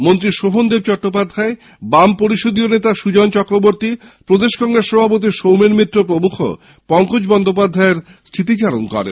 মন্ত্রী শোভন চট্টোপাধ্যায় বাম পরিষদীয় নেতা সুজন চক্রবর্তী প্রদেশ কংগ্রেস সভাপতি সৌমেন মিত্র প্রমুখ পংকজ বন্দোপাধ্যায়ের স্মৃতিচারণ করেন